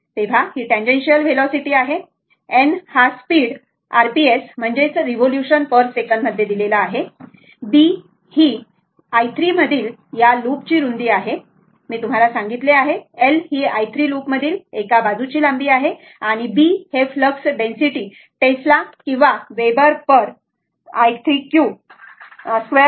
ही tangential velocity आहे बरोबर n हा speed r p s revolution per second मध्ये दिलेला आहे b ही i 3 मधील या लूप ची रुंदी आहे मी तुम्हाला सांगितले आहे l ही i 3 लूप मधील एका बाजूची लांबी आहे आणि B हे फ्लक्स डेन्सिटी टेसला किंवा वेबर पर i 3 2 मध्ये आहे बरोबर